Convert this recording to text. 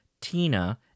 Tina